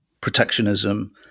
protectionism